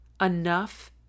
enough